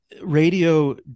radio